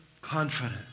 confident